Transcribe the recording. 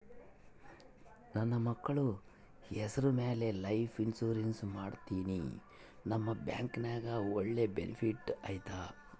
ನನ್ನ ಮಕ್ಕಳ ಹೆಸರ ಮ್ಯಾಲೆ ಲೈಫ್ ಇನ್ಸೂರೆನ್ಸ್ ಮಾಡತೇನಿ ನಿಮ್ಮ ಬ್ಯಾಂಕಿನ್ಯಾಗ ಒಳ್ಳೆ ಬೆನಿಫಿಟ್ ಐತಾ?